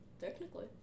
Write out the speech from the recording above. Technically